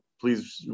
Please